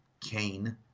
Kane